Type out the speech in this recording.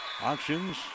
Auctions